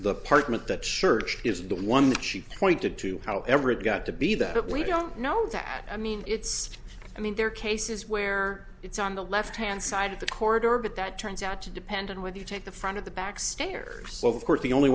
the apartment that searched is the one that she pointed to how ever it got to be that we don't know that i mean it's i mean there are cases where it's on the left hand side of the corridor but that turns out to depend on whether you take the front of the back stairs of course the only